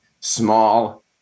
small